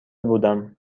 بودم